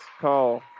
call